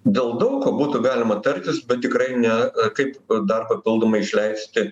dėl daug ko būtų galima tartis bet tikrai ne kaip dar papildomai išleisti